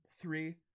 three